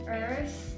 earth